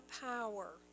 power